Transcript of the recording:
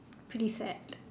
pretty sad